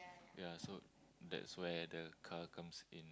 ya so that's where the car comes in